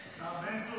השר בן צור?